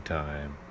time